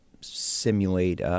simulate